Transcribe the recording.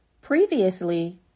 Previously